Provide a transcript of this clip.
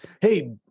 Hey